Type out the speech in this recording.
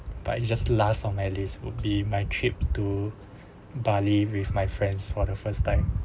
but it's just last on my list would be my trip to bali with my friends for the first time